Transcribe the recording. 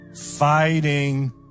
fighting